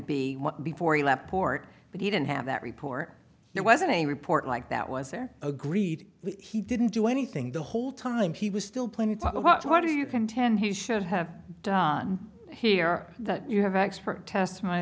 be before he left port but he didn't have that report there wasn't a report like that was there agreed he didn't do anything the whole time he was still playing the talk of what do you contend he should have done here that you have expert testimony